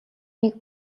нэг